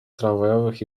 tramwajowych